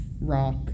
rock